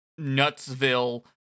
Nutsville